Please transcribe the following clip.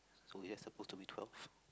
so yes supposed to be twelve